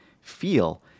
feel